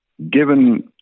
Given